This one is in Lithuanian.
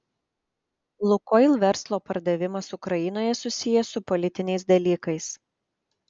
lukoil verslo pardavimas ukrainoje susijęs su politiniais dalykais